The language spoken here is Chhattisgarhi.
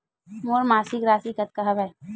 मोर मासिक राशि कतका हवय?